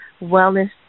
wellness